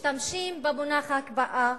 משתמשים במונח "הקפאה"